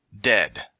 dead